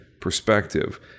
perspective